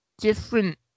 different